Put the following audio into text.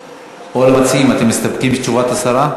המציעים, אתם מסתפקים בתשובת השרה?